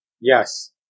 Yes